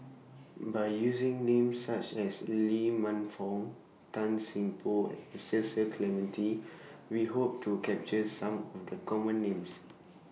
By using Names such as Lee Man Fong Tan Seng Poh and Cecil Clementi We Hope to capture Some Would Common Names